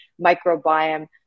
microbiome